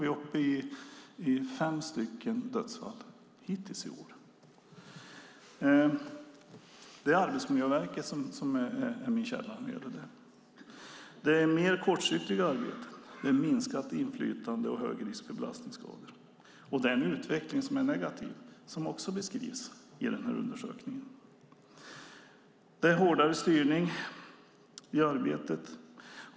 Vi är uppe i fem dödsfall hittills i år. Min källa är Arbetsmiljöverket. Det är mer kortsiktiga arbeten, minskat inflytande och högre risk för belastningsskador. Det är en negativ utveckling som också beskrivs i undersökningen. Det är hårdare styrning i arbetet.